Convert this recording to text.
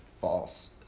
false